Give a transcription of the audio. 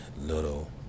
little